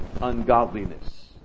ungodliness